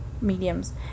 mediums